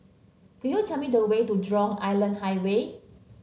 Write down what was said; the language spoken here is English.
could you tell me the way to Jurong Island Highway